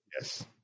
Yes